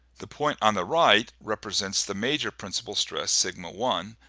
the point on the right represents the major principle stress, sigma one,